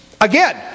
Again